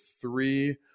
three